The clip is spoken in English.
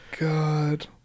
God